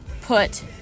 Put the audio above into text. put